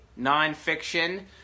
nonfiction